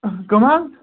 إنٛہ کٔم حظ